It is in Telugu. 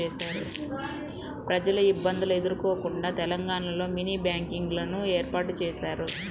ప్రజలు ఇబ్బందులు ఎదుర్కోకుండా తెలంగాణలో మినీ బ్యాంకింగ్ లను ఏర్పాటు చేశారు